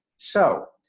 so